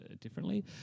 differently